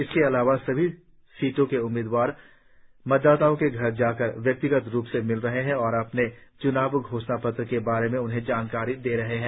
इसके अलावा सभी पार्टी के उम्मीदवार मतदाताओं के घर जाकर व्यक्तिगत रुप से मिल रहे है और अपने च्नाव घोषणा पत्र के बारे में उन्हें जानकारी दे रहे है